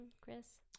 chris